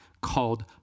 called